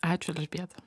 ačiū elžbieta